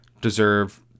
deserve